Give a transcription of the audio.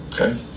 okay